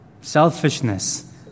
selfishness